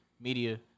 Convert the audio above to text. Media